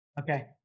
Okay